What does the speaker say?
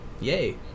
Yay